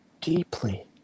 deeply